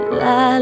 la